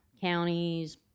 counties